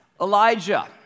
Elijah